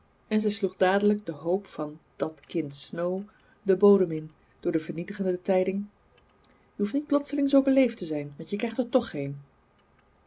en zij sloeg dadelijk de hoop van dat kind snow den bodem in door de vernietigende tijding je hoeft niet plotseling zoo beleefd te zijn want je krijgt er toch geen